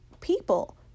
people